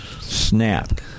SNAP